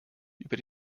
über